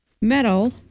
metal